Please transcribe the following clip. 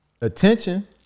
attention